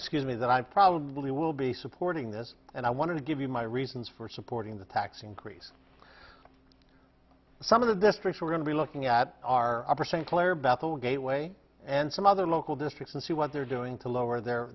scuse me that i probably will be supporting this and i want to give you my reasons for supporting the tax increase some of the districts are going to be looking at our upper saint clair bethel gateway and some other local districts and see what they're doing to lower their